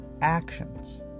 actions